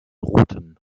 roten